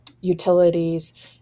utilities